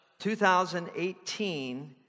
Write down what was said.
2018